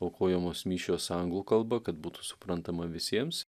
aukojamos mišios anglų kalba kad būtų suprantama visiems